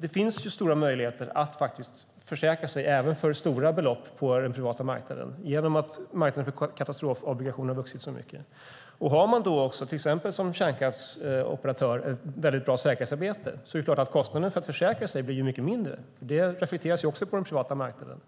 Det finns stora möjligheter att försäkra sig på den privata marknaden, även för stora belopp, genom att marknaden för katastrofobligationer vuxit så mycket. Har man, exempelvis som kärnkraftsoperatör, ett bra säkerhetsarbete blir kostnaden för att försäkra sig självfallet mycket lägre. Det reflekteras också på den privata marknaden.